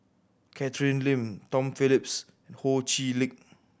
Catherine Lim Tom Phillips Ho Chee Lick